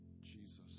Jesus